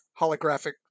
holographic